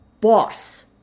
boss